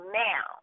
now